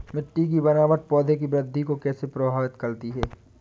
मिट्टी की बनावट पौधों की वृद्धि को कैसे प्रभावित करती है?